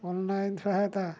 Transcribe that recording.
online ସହାୟତା